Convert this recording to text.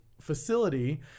facility